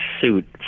suit